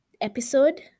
episode